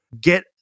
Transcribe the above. Get